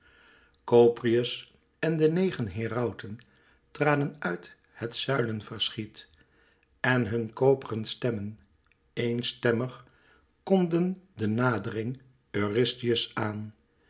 kopreus en de negen herauten traden uit het zuilenverschiet en hun koperen stemmen éenstemmig kondden de nadering eurystheus aan